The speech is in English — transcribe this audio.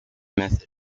method